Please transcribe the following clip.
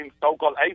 so-called